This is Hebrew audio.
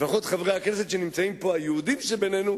לפחות חברי הכנסת היהודים שבינינו,